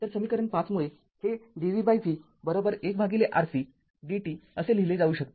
तर समीकरण ५ मुळे हे dvv १ RC dt असे लिहिले जाऊ शकते